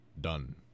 done